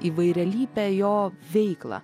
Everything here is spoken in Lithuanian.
įvairialypę jo veiklą